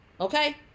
okay